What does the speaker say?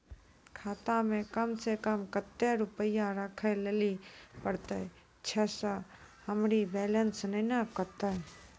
खाता मे कम सें कम कत्ते रुपैया राखै लेली परतै, छै सें हमरो बैलेंस नैन कतो?